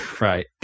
right